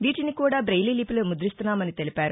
వీటిని కూడా బ్రెయిలీ లిపిలో ముదిస్తున్నామని తెలిపారు